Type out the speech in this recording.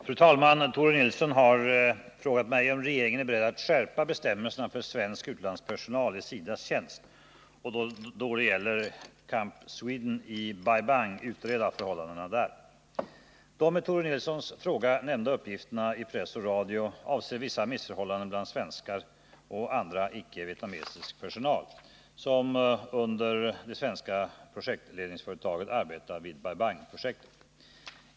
Fru talman! Tore Nilsson har frågat mig om regeringen är beredd att skärpa bestämmelserna för svensk utlandspersonal i SIDA:s tjänst och, då det gäller Camp Sweden i Bai Bang, utreda förhållandena. De i Tore Nilssons fråga nämnda uppgifterna i press och radio avser vissa missförhållanden bland svenskar och annan icke-vietnamesisk personal, som under det svenska projektledningsföretaget arbetar vid Bai Bang-projektet.